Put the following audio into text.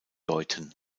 deuten